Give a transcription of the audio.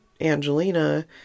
Angelina